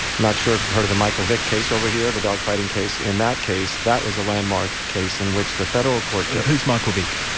not sure if you've heard of the michael vick case over here, the dog-fighting case. in that case, that was a landmark case in which the federal court. who's michael vick?